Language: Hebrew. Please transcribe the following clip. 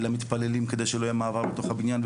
למתפללים כדי שלא יהיה מעבר בתוך הבניין,